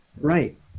right